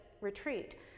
Retreat